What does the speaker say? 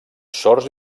sords